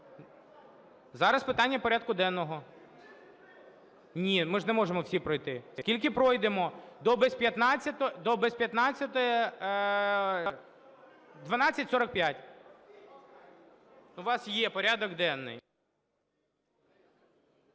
Зараз питання порядку денного. Ні, ми ж не можемо всі пройти. Скільки пройдемо – до 12:45. У вас є порядок денний.